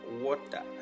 water